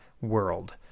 world